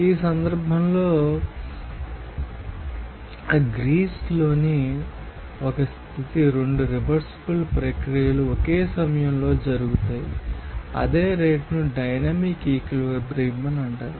ఈ సందర్భంలో గ్రీస్లోని రాష్ట్రం రెండు రివర్సిబుల్ ప్రక్రియలు ఒకే సమయంలో జరుగుతాయి అదే రేటును డైనమిక్ ఈక్విలిబ్రియం అంటారు